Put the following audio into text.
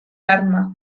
arma